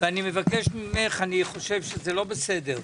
אני חושב שזה לא בסדר,